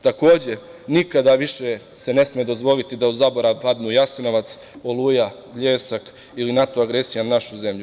Takođe, nikada više se ne sme dozvoliti da u zaborav padnu Jasenovac, „Oluja“, „Bljesak“ ili NATO agresija na našu zemlju.